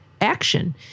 action